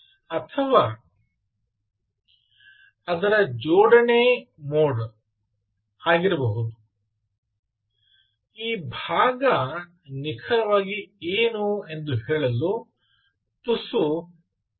ಅಥವಾ ಅದರ ಜೋಡಣೆ ಮೋಡ್ ಆಗಿರಬಹುದು ಈ ಭಾಗ ನಿಖರವಾಗಿ ಏನು ಎಂದು ಹೇಳಲು ತುಸು ಕಷ್ಟ